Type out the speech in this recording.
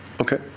Okay